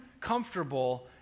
comfortable